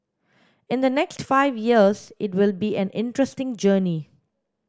in the next five years it will be an interesting journey